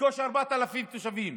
בקושי 4,000 תושבים,